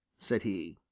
said he.